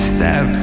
Step